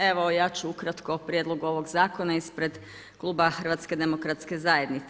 Evo ja ću ukratko o prijedlogu ovog zakona, ispred Kluba HDZ-a.